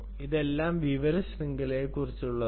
ഇതെല്ലാം വിവര ശൃംഖലയെക്കുറിച്ചുള്ളതാണ്